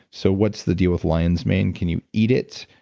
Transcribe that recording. so what's the deal with lion's mane, can you eat it?